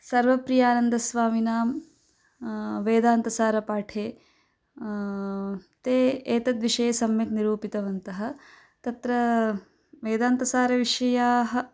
सर्वप्रियानन्दस्वामिनां वेदान्तसारपाठे ते एतद्विषये सम्यक् निरूपितवन्तः तत्र वेदान्तसारविषयाः